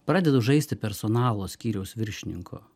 pradedu žaisti personalo skyriaus viršininko